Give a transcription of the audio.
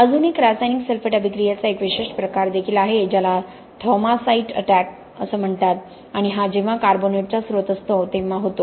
अजून एक रासायनिक सल्फेट अभिक्रियेचा एक विशेष प्रकार देखील आहे ज्याला थौमासाइट अटॅक म्हणतात आणि हा जेव्हा कार्बोनेटचा स्रोत असतो तेव्हा होतो